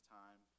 time